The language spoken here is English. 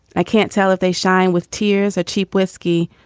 i can't tell if they shine with tears. a cheap whiskey,